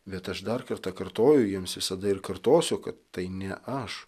bet aš dar kartą kartoju jiems visada ir kartosiu kad tai ne aš